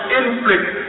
inflict